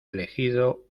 elegido